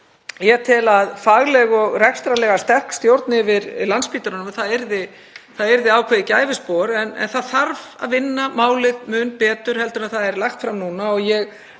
ég tel að fagleg og rekstrarlega sterk stjórn yfir Landspítalanum yrði ákveðið gæfuspor. En það þarf að vinna málið mun betur heldur en það er lagt fram núna og ég